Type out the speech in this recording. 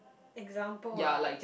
example ah